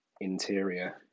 interior